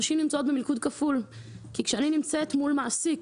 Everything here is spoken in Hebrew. נשים נמצאות במלכוד כפול כי כשאני נמצאת מול מעסיק,